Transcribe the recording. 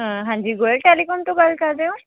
ਹਾਂਜੀ ਗੋਇਲ ਟੈਲੀਕੋਮ ਤੋਂ ਗੱਲ ਕਰ ਰਹੇ ਹੋ